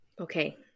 Okay